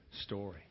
story